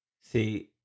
see